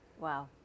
Wow